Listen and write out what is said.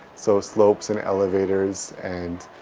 so slopes and elevators and